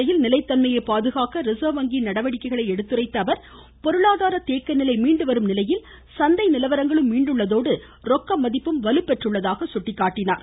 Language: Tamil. நிதித்துறையில் நிலைத்தன்மையை பாதுகாக்க நடவடிக்கைகளை எடுத்துரைத்த அவர் பொருளாதார தேக்க நிலை மீண்டு வரும் நிலையில் சந்தை நிலவரங்களும் மீண்டுள்ளதோடு ரொக்க மதிப்பும் வலுப்பெற்றுள்ளதாக சுட்டிக்காட்டினார்